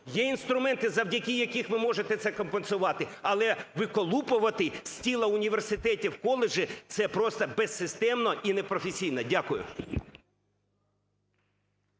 Є інструменти, завдяки яким ви можете це компенсувати, але виколупувати з тіла університетів коледжі – це просто безсистемно і непрофесійно. Дякую.